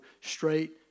straight